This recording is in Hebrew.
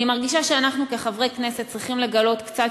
אני מרגישה שאנחנו כחברי כנסת צריכים לגלות קצת